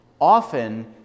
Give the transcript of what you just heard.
Often